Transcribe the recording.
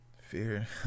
Fear